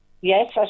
Yes